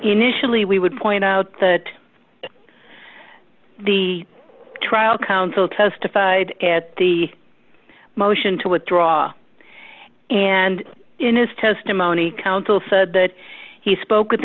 initially we would point out that the trial counsel testified at the motion to withdraw and in his testimony counsel said that he spoke with